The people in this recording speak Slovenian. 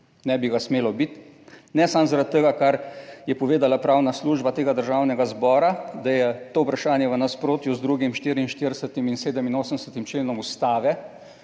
Ne bi ga smelo biti. Ne samo zaradi tega, kar je povedala pravna služba tega Državnega zbora, da je to vprašanje v nasprotju z 2., 44. in 87. členom Ustave,